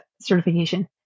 certification